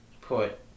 put